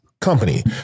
company